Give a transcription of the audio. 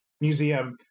museum